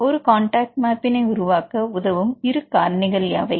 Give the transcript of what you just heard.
ஒரு contact map னை உருவாக்க உதவும் இரு காரணிகள் யாவை